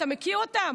אתה מכיר אותן?